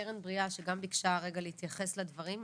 מקרן בריאה שגם ביקשה רגע להתייחס לדברים.